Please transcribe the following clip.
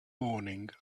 morning